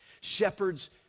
Shepherds